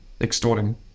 extorting